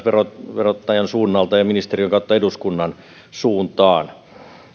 verottajan suunnalta ja ministeriön kautta eduskunnan suuntaan